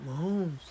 Mahomes